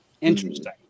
Interesting